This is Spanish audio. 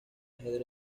ajedrez